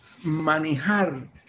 manejar